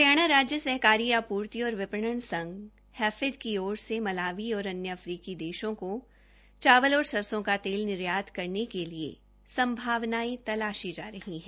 हरियाणा राज्य सहकारी आपूर्ति और विपणन संघ हैफेड की ओर से मलावी और अन्य अफ्रीकी देशों को चावल और सरसों का तेल निर्यात करने के लिए संभावनाए तलाशी जा रही हैं